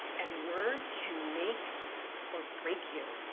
and words can make or break you.